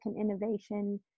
innovation